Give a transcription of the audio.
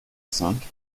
cinq